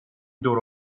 دور